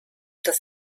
das